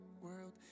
world